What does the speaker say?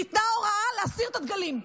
ניתנה הוראה להסיר את הדגלים.